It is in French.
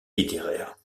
littéraire